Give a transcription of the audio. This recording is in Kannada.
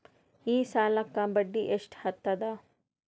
ಈ ಸಾಲಕ್ಕ ಬಡ್ಡಿ ಎಷ್ಟ ಹತ್ತದ?